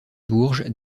bourges